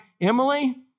Emily